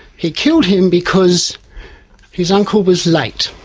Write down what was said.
he killed him because his uncle was late.